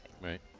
Right